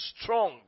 strong